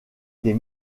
des